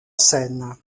scène